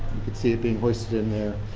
can see it being hoisted in there.